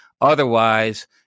Otherwise